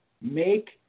make